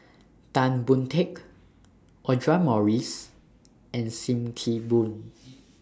Tan Boon Teik Audra Morrice and SIM Kee Boon